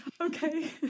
okay